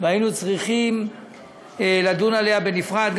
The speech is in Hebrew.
והיינו צריכים לדון עליה בנפרד,